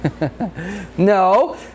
No